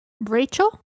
Rachel